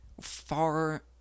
far